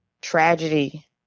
tragedy